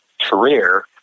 career